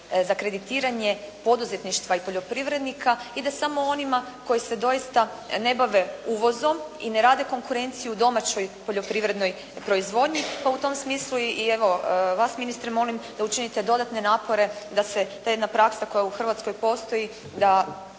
za kreditiranje poduzetništva i poljoprivrednika ide samo onima koji se doista ne bave uvozom i ne rade konkurenciju domaćoj poljoprivrednoj proizvodnji. Pa u tom smislu i evo vas ministre molim da učinite dodatne napore da se ta jedna praksa koja u Hrvatskoj postoji